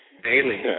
Daily